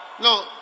No